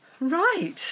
Right